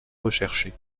recherché